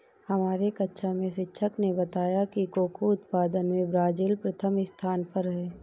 हमारे कक्षा में शिक्षक ने बताया कि कोको उत्पादन में ब्राजील प्रथम स्थान पर है